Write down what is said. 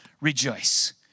rejoice